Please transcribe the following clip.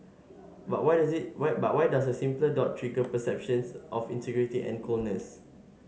but why does it why but why does a simple dot trigger perceptions of insincerity and coldness